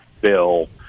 bill